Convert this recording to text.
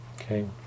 Okay